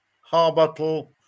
Harbottle